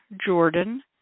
Jordan